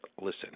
Listen